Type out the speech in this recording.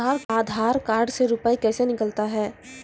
आधार कार्ड से रुपये कैसे निकलता हैं?